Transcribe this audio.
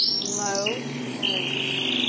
no, there isn't.